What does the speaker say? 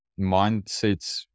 mindsets